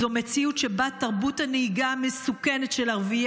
זו מציאות שבה תרבות הנהיגה המסוכנת של ערביי